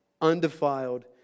undefiled